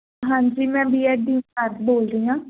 ਹਾਂਜੀ ਮੈਂ ਬੀਐੱਡ ਦੀ ਇੰਚਾਰਜ ਬੋਲ ਰਹੀ ਆਂ